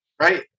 right